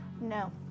No